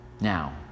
Now